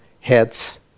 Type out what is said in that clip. heads